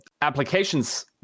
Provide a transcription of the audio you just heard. applications